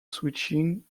switching